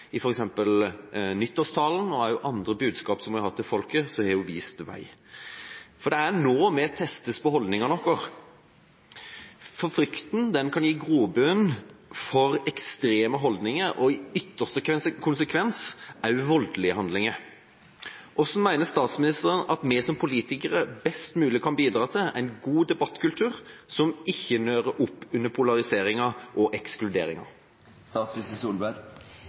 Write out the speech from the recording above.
I f.eks. nyttårstalen og også i andre budskap som hun har hatt til folket, har hun vist vei. Det er nå vi testes på holdningene våre, for frykten kan gi grobunn for ekstreme holdninger og i ytterste konsekvens også voldelige handlinger. Hvordan mener statsministeren at vi som politikere best mulig kan bidra til en god debattkultur, som ikke nører opp under polariseringa og